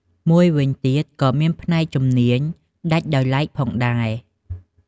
មួយវិញទៀត ក៏មានផ្នែកជំនាញដាច់ដោយឡែកផងដែរ។